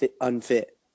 unfit